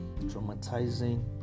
traumatizing